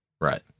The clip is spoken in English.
right